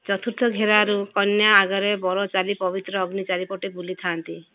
ଚତୁର୍ଥ ଘେରାରୁ କନ୍ୟା ଆଗରେ ବର ଚାଲି ପବିତ୍ର ଅଗ୍ନି ଚାରିପଟେ ବୁଲିଥାନ୍ତି